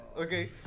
okay